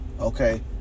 okay